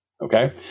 Okay